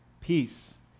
Peace